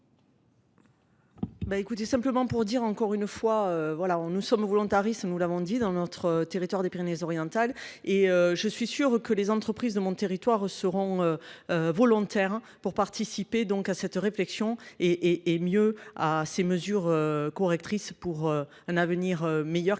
Écoutez, simplement pour dire encore une fois, nous sommes volontaristes, nous l'avons dit, dans notre territoire des Pyrénées-Orientales et je suis sûre que les entreprises de mon territoire seront volontaires pour participer à cette réflexion et mieux à ces mesures correctrices pour un avenir meilleur